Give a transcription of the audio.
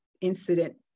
incident